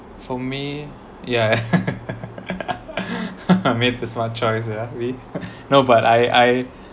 for me ya I made the smart choice ah we no but I I I